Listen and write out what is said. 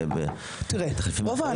בפרט בצעירים.